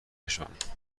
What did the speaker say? بشوند